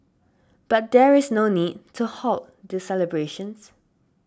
but there is no need to halt the celebrations